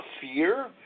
fear